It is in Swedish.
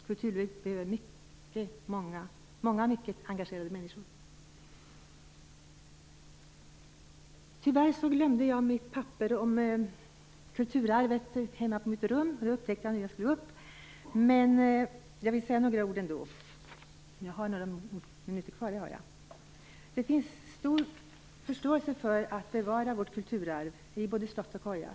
Kulturlivet behöver många mycket engagerade människor. Tyvärr glömde jag mitt papper om kulturarvet hemma på mitt rum, och det upptäckte jag nu när jag skulle gå upp i talarstolen, men jag vill säga några ord ändå. Det finns stor förståelse för att bevara vårt kulturarv i både slott och koja.